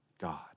God